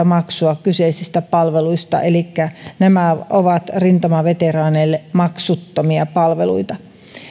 maksua kyseisistä palveluista elikkä nämä ovat rintamaveteraaneille maksuttomia palveluita